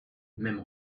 même